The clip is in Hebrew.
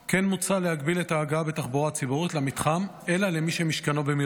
כן מוצע להגביל את ההגעה בתחבורה ציבורית למתחם למי שמשכנו במירון.